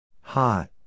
Hot